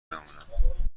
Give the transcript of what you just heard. بمونم